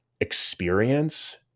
experience